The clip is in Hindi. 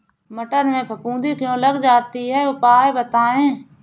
मटर में फफूंदी क्यो लग जाती है उपाय बताएं?